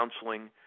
counseling